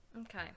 okay